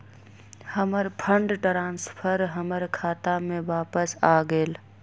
हमर fund transfer हमर खाता में वापस आ गेल